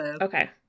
Okay